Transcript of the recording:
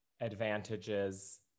advantages